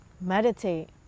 meditate